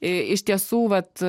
iš tiesų vat